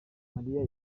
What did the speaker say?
mariya